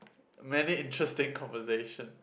many interesting conversation